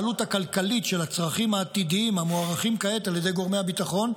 העלות הכלכלית של הצרכים העתידיים המוערכים כעת על ידי גורמי הביטחון,